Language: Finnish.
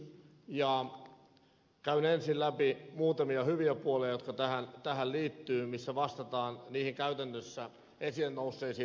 käyn ensin läpi muutamia hyviä puolia jotka tähän liittyvät missä vastataan käytännössä esille nousseisiin ongelmiin